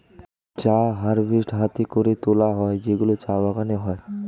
চা হারভেস্ট হাতে করে তোলা হয় যেগুলো চা বাগানে হয়